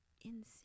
insane